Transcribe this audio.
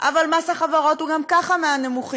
אבל מס החברות הוא גם ככה מהנמוכים